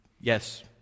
Yes